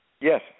Yes